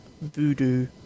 voodoo